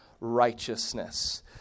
Righteousness